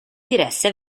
diresse